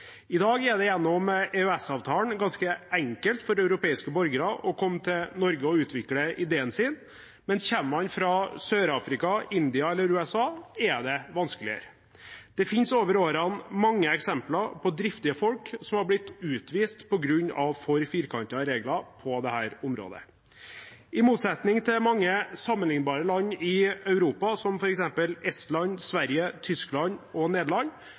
I dag er det gjennom EØS-avtalen ganske enkelt for europeiske borgere å komme til Norge og utvikle ideen sin, men kommer man fra Sør-Afrika, India eller USA, er det vanskeligere. Det finnes over årene flere eksempler på driftige folk som har blitt utvist på grunn av for firkantede regler på dette området. I motsetning til mange sammenliknbare land i Europa, som for eksempel Estland, Sverige, Tyskland og Nederland,